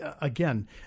Again